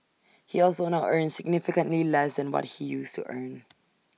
he also now earns significantly less than what he used to earn